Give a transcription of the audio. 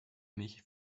mich